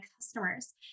customers